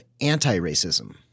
anti-racism